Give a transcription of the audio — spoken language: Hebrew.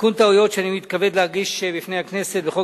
תיקון טעויות שאני מתכבד להגיש בפני הכנסת בחוק